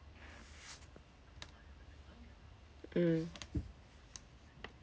mm